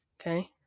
Okay